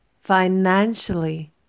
financially